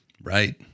Right